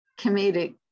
comedic